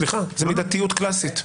סליחה, זאת מידתיות קלאסית.